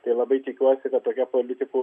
tai labai tikiuosi kad tokia politika